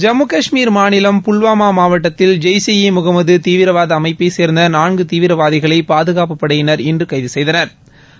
ஜம்மு கஷ்மீர் மாநிலம் புல்வாமா மாவட்டத்தில் ஜெய்ஷ் ஈ முகமது தீவிரவாத அமைப்பைச் சேர்ந்த நான்கு தீவிரவாதிகளை பாதுகாப்புப் படையினா் இன்று கைது செய்தனா்